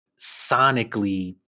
sonically